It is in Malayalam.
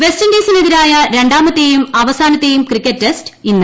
വെസ്റ്റിൻഡീസിനെതിരായ രണ്ടാമത്തെയും അവസാനത്തെയും ക്രിക്കറ്റ് ടെസ്റ്റ് ഇന്ന്